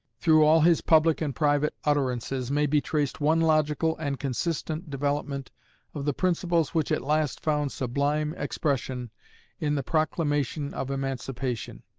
through all his public and private utterances, may be traced one logical and consistent development of the principles which at last found sublime expression in the proclamation of emancipation.